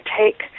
take